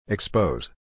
Expose